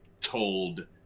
told